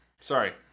Sorry